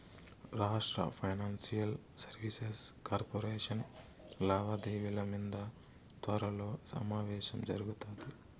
రాష్ట్ర financial services corporation లావాదేవిల మింద త్వరలో సమావేశం జరగతాది